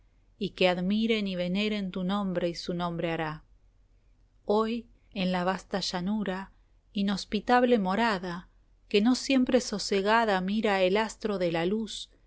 y que admiren y veneren tu nombre y su nombre hará hoy en la vasta llanura inhospitable morada que no siempre sosegada mira el astro de la luz